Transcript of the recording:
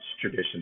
tradition